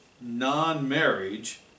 non-marriage